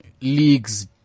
league's